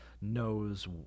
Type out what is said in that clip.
knows